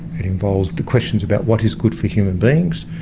it involves the questions about what is good for human beings.